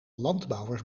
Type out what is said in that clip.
landbouwers